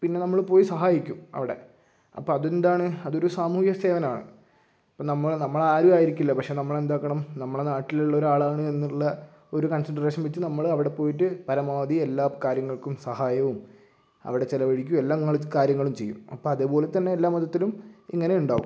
പിന്നെ നമ്മൾ പോയി സഹായിക്കും അവിടെ അപ്പം അത് എന്താണ് അത് ഒരു സാമൂഹിക സേവനമാണ് ഇപ്പം നമ്മൾ നമ്മളെ ആരും ആയിരിക്കില്ല പക്ഷെ നമ്മൾ എന്താക്കണം നമ്മളെ നാട്ടിലുള്ള ഒരാളാണ് എന്നുള്ള ഒരു കൺസിഡറേഷൻ വെച്ച് നമ്മൾ അവിടെ പോയിട്ട് പരമാവധി എല്ലാ കാര്യങ്ങൾക്കും സഹായവും അവിടെ ചിലവഴിക്കുകയും എല്ലാ കാര്യങ്ങളും ചെയ്യും അപ്പം അതേപോലെ തന്നെ എല്ലാ മതത്തിലും ഇങ്ങനെ ഉണ്ടാകും